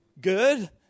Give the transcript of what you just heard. good